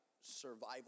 survival